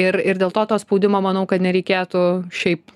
ir ir dėl to to spaudimo manau kad nereikėtų šiaip